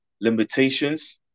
limitations